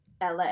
la